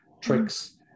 tricks